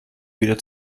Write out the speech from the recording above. wieder